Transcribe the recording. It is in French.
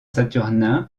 saturnin